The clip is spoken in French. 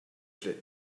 claye